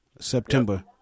September